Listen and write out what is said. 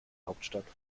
hauptstadt